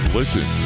listen